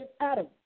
Adam